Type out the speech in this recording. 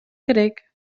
керек